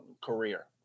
career